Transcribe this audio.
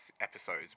episodes